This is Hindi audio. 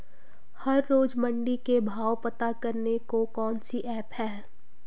हर रोज़ मंडी के भाव पता करने को कौन सी ऐप है?